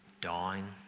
dying